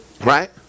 Right